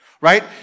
right